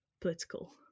political